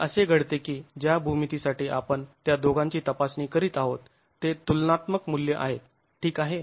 ते असे घडते की ज्या भूमितीसाठी आपण त्या दोघांची तपासणी करीत आहोत ते तुलनात्मक मूल्य आहेत ठीक आहे